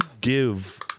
give